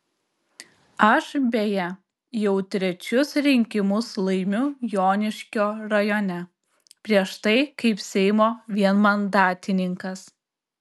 aš beje jau trečius rinkimus laimiu joniškio rajone prieš tai kaip seimo vienmandatininkas